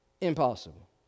impossible